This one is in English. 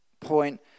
point